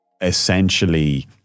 essentially